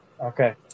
Okay